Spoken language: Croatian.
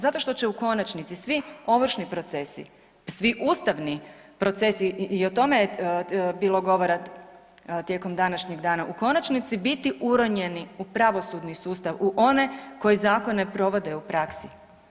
Zato što će u konačnici svi ovršni procesi, svi ustavni procesi i o tome je bilo govora tijekom današnjeg dana, u konačnici biti uronjeni u pravosudni sustav, u one koji zakone provode u praksi.